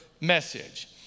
message